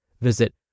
Visit